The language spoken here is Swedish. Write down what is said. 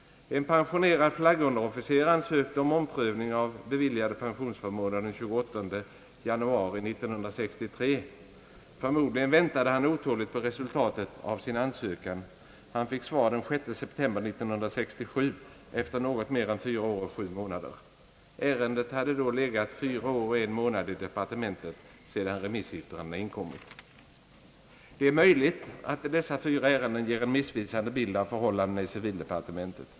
En pensionerad flaggunderofficer ansökte om omprövning av beviljade pensionsförmåner den 28 januari 1963. Förmodligen väntade han otåligt på resultatet av sin ansökan. Han fick svar den 6 september 1967 — efter något mer än fyra år och sju månader. Ärendet hade då legat fyra år och en månad i departementet sedan remissyttrandena inkommit. Det är möjligt att dessa fyra ärenden ger en missvisande bild av förhållandena i civildepartementet.